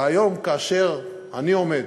והיום, כאשר אני עומד